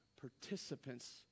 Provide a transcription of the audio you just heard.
participants